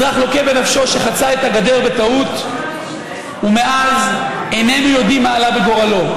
אזרח לוקה בנפשו שחצה את הגדר בטעות ומאז איננו יודעים מה עלה בגורלו.